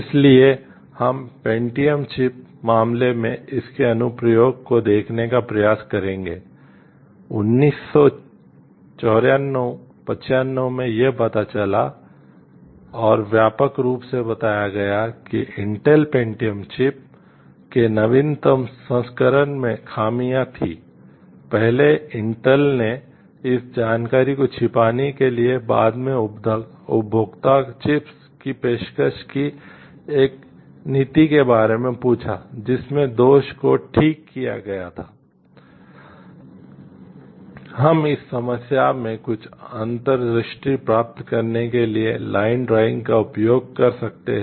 इसलिए हम Pentium chip का उपयोग कर सकते हैं